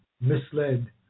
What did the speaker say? misled